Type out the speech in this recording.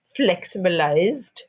flexibilized